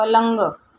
पलंग